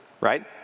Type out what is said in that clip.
right